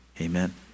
Amen